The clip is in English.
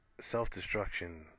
self-destruction